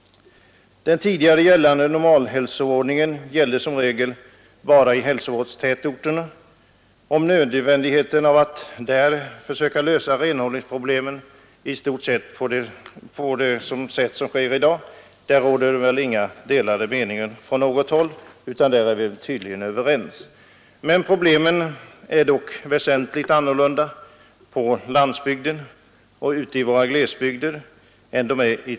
Den tidigare normalhälsovårdsordningen gällde som regel bara i hälsovårdstätorter. Om nödvändigheten av att där lösa renhållningsproblemen, i stort på det sätt som sker i dag, råder det väl inga delade meningar, utan där är vi tydligen överens. Problemen är dock väsentligt annorlunda på landsbygden och ute i glesbygden.